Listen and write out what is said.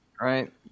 Right